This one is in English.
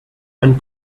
and